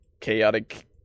chaotic